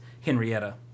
Henrietta